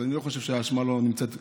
אז אני לא חושב שהאשמה לא נמצאת אצלם.